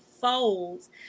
folds